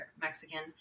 Mexicans